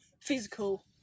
physical